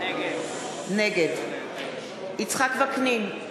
נגד יצחק וקנין,